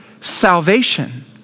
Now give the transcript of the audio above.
salvation